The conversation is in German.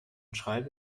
schreibe